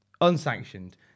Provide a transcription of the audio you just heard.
Unsanctioned